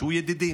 שהוא ידידי,